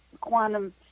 quantum